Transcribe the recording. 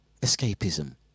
escapism